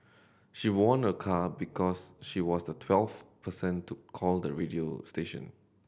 she won a car because she was the twelfth person to call the radio station